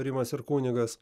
rimas ir kunigas